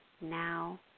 now